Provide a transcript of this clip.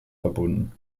verbunden